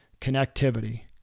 connectivity